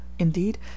Indeed